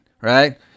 Right